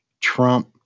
Trump